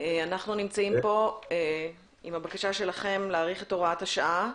אנחנו נמצאים פה עם הבקשה שלכם להאריך את הוראת השעה.